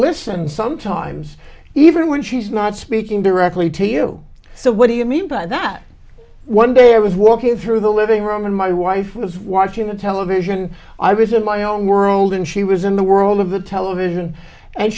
listen sometimes even when she's not speaking directly to you so what do you mean by that one day i was walking through the living room and my wife was watching the television i was in my own world and she was in the world of the television and